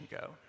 go